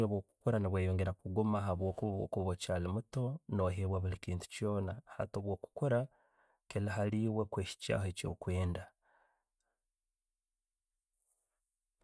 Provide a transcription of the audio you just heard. No'bwokukura nibweyongera kuguma, habwo'ku- kuba no'kyali muto, nohewa bulikiimu kyoona, hati bwokukura, kiri hali ewee kwihikyaho kwo kwenda.